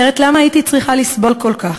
אחרת למה הייתי צריכה לסבול כל כך?